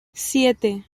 siete